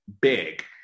big